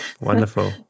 Wonderful